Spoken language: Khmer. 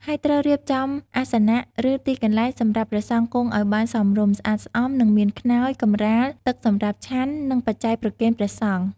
ហើយត្រូវរៀបចំអាសនៈ ឬទីកន្លែងសម្រាប់ព្រះសង្ឃគង់ឲ្យបានសមរម្យ ស្អាតស្អំ និងមានខ្នើយ កម្រាល ទឹកសម្រាប់ឆាន់ និងបច្ច័យប្រគេនព្រះសង្ឃ។